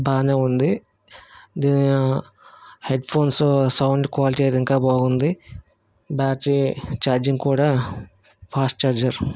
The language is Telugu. బాగానే ఉంది దీని హెడ్ఫోన్స్ సౌండ్ క్వాలిటీ అయితే ఇంకా బాగుంది బ్యాటరీ చార్జింగ్ కూడా ఫాస్ట్ చార్జర్